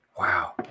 Wow